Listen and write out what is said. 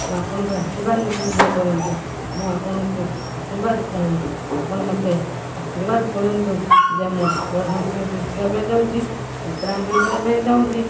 ମୁଁ ଆପଣଙ୍କ ଆଶୀର୍ବାଦ ମୋତେ ମଧ୍ୟ କରନ୍ତୁ ମୁଁ ଆପଣଙ୍କୁ ଆଶୀର୍ବାଦ ଚାହେଁ ଆପଣ ମୋତେ ଆଶୀର୍ବାଦ କରନ୍ତୁ ଯେ ମୁଁ କଳା ସଂସ୍କୃତି ଶିଖିବା ପାଇଁ ଚାହୁଁଛି ଚିତ୍ରାଙ୍କନ କରିବା ପାଇଁ ଚାହୁଁଛି